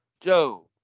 Joe